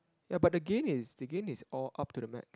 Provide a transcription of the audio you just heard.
yea but the gain is the gain is all up to the max